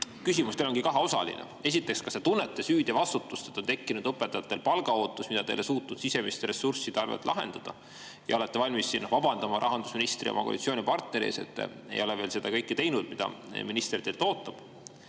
küsimus teile, see on kaheosaline. Esiteks, kas te tunnete süüd ja vastutust, et õpetajatel on tekkinud palgaootus, mida te ei ole suutnud sisemiste ressursside arvelt lahendada, ja olete valmis vabandama rahandusministri ja oma koalitsioonipartneri ees, et ei ole veel seda kõike teinud, mida minister teilt ootab?